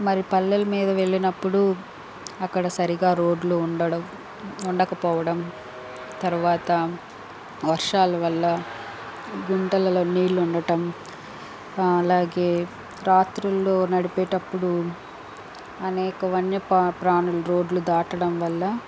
మరి పల్లెల మీద వెళ్ళినప్పుడు అక్కడ సరిగా రోడ్లు ఉండడం ఉండకపోవడం తర్వాత వర్షాలు వల్ల గుంతలలో నీళ్ళు ఉండటం అలాగే రాత్రుల్లో నడిపేటప్పుడు అనేక వన్య ప్ర ప్రాణులు రోడ్లు దాటడం వల్ల